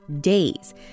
days